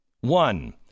One